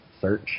Search